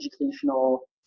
educational